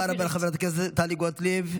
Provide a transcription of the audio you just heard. תודה רבה, חברת הכנסת טלי גוטליב.